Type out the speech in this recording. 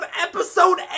episode